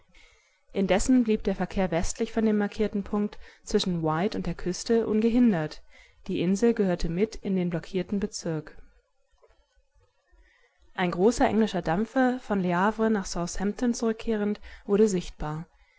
indessen blieb der verkehr westlich von dem markierten punkt zwischen wight und der küste ungehindert die insel gehörte mit in den blockierten bezirk ein großer englischer dampfer von le havre nach southampton zurückkehrend wurde sichtbar